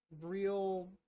real